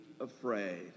afraid